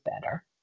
better